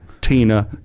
Tina